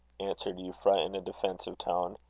answered euphra, in a defensive tone.